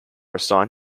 assigned